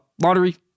lottery